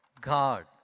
God